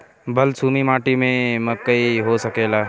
बलसूमी माटी में मकई हो सकेला?